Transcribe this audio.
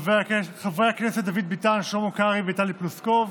חברי הכנסת דוד ביטן, שלמה קרעי וטלי פלוסקוב,